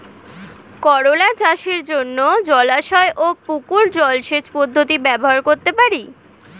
করোলা চাষের জন্য জলাশয় ও পুকুর জলসেচ পদ্ধতি ব্যবহার করতে পারি?